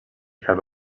had